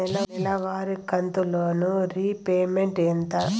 నెలవారి కంతు loan repayment ఎంత?